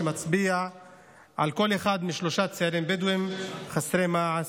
שמצביע על כך שאחד משלושה צעירים בדואים חסר מעש.